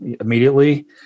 immediately